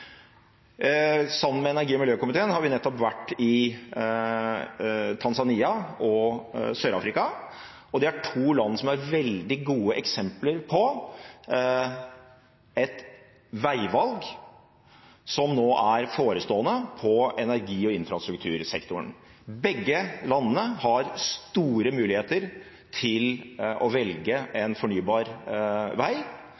energi- og miljøkomiteen har nettopp vært i Tanzania og Sør-Afrika. Det er to land som har veldig gode eksempler på veivalg som nå er forestående på energi- og infrastruktursektoren. Begge landene har store muligheter til å velge en fornybar vei,